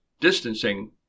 distancing